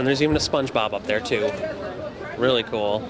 and there's even a sponge bob up there to really cool